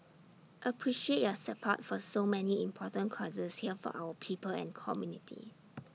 appreciate your support for so many important causes here for our people and community